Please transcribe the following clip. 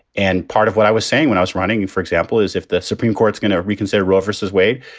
and part of what i was saying when i was running, for example, is if the supreme court's going to reconsider roe versus wade,